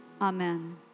Amen